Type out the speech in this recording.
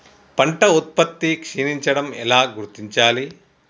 పంట ఉత్పత్తి క్షీణించడం ఎలా గుర్తించాలి?